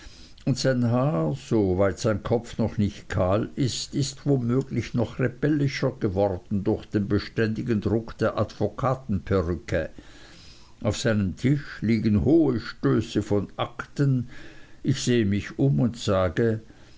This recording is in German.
soweit sein kopf noch nicht kahl ist ist womöglich noch rebellischer geworden durch den beständigen druck der advokatenperücke auf seinem tisch liegen hohe stöße von akten ich sehe mich um und sage